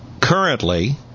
currently